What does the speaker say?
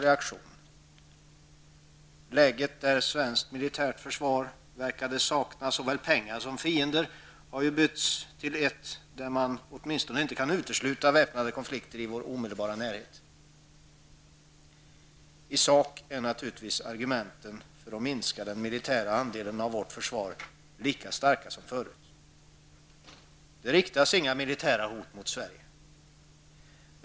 Det tidigare läget, där svenskt militärt försvar verkade sakna såväl pengar som fiender, har förbytts till ett läge där man åtminstone inte kan utesluta väpnade konflikter i vår omedelbara närhet. I sak är naturligtvis argumenten för att minska den militära andelen av vårt förvar lika starka som förut. Inga militära hot riktas mot Sverige.